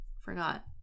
forgot